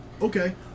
okay